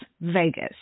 Vegas